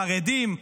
חרדים,